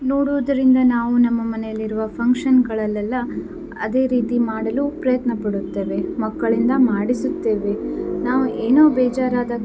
ನೋಡುವುದರಿಂದ ನಾವು ನಮ್ಮ ಮನೆಯಲ್ಲಿರುವ ಫಂಕ್ಷನ್ಗಳಲ್ಲೆಲ್ಲ ಅದೇ ರೀತಿ ಮಾಡಲು ಪ್ರಯತ್ನಪಡುತ್ತೇವೆ ಮಕ್ಕಳಿಂದ ಮಾಡಿಸುತ್ತೇವೆ ನಾವು ಏನೋ ಬೇಜಾರಾದಾಗ